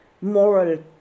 moral